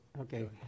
Okay